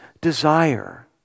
desire